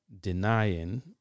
denying